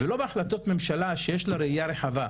ולא בהחלטות ממשלה שיש לה ראייה רחבה,